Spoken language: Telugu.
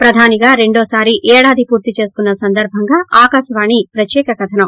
ప్రధానిగా రెండోసారి ఏడాది పూర్తి చేసుకున్న సందర్భంగా ఆకాశవాణి ప్రత్యేక కథనం